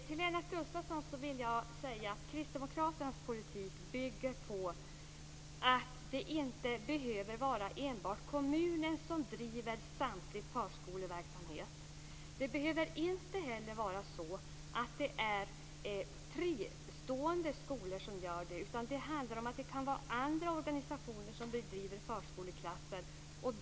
Fru talman! Jag vill säga till Lennart Gustavsson att kristdemokraternas politik bygger på att det inte behöver vara kommunen som driver all förskoleverksamhet. Det behöver inte heller vara så att det är fristående skolor som gör det. Det kan vara andra organisationer som bedriver verksamhet med förskoleklasser.